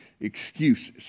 excuses